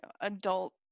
adult